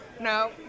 no